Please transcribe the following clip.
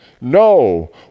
No